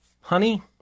honey